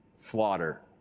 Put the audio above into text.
slaughter